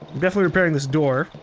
definitely repairing this door.